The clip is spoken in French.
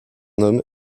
homme